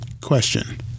Question